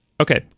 Okay